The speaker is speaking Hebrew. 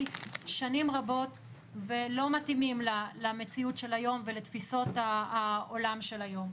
שנים רבות ולא מתאימים למציאות של היום ולתפיסות העולם של היום,